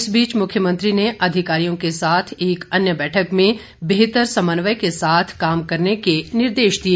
इस बीच मुख्यमंत्री ने अधिकारियों के साथ एक अन्य बैठक में बेहतर समन्वय के साथ काम करने के निर्देश दिए